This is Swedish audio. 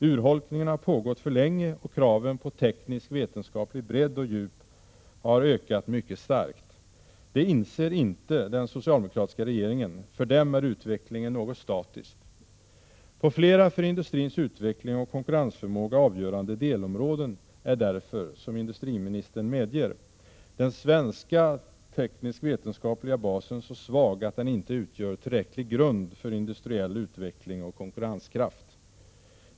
Urholkningen har pågått för länge, och kraven på bredd och djup på det teknisk-vetenskapliga området har ökat mycket starkt. Det inser inte den socialdmokratiska regeringen. För den är utvecklingen något statiskt. På flera för industrins utveckling och konkurrensförmåga avgörande delområden är därför, som industriministern medger, den svenska tekniskvetenskapliga basen så svag att den inte utgör tillräcklig grund för industriell utveckling och konkurrenskraft.